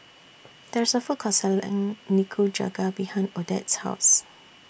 There IS A Food Court Selling Nikujaga behind Odette's House